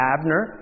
Abner